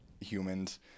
humans